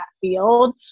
field